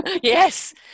yes